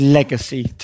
legacy